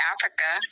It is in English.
Africa